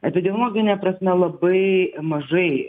epidemiologine prasme labai mažai